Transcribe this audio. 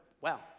wow